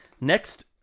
Next